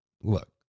look